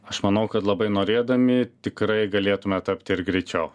aš manau kad labai norėdami tikrai galėtume tapti ir greičiau